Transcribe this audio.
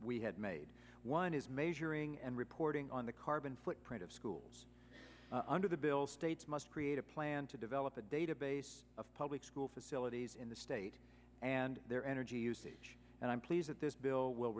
we had made one is measuring and reporting on the carbon footprint of schools under the bill states must create a plan to develop a database of public school facilities in the state and their energy usage and i'm pleased that this bill will